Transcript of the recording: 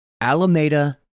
Alameda